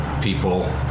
people